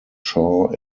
shaw